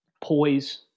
poise